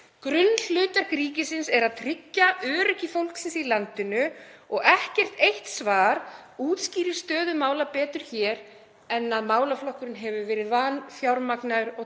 Grunnhlutverk ríkisins er að tryggja öryggi fólksins í landinu og ekkert eitt svar útskýrir stöðu mála betur hér en að málaflokkurinn hefur verið vanfjármagnaður og til